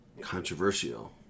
controversial